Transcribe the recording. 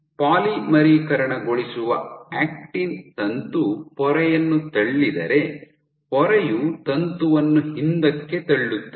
ಪಾಲಿಮರೀಕರಣಗೊಳಿಸುವ actin ತಂತು ಪೊರೆಯನ್ನು ತಳ್ಳಿದರೆ ಪೊರೆಯು ತಂತುವನ್ನು ಹಿಂದಕ್ಕೆ ತಳ್ಳುತ್ತದೆ